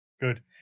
Good